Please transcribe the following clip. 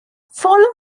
following